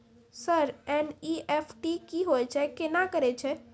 Sir NEFT की होय छै, केना करे छै?